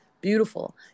Beautiful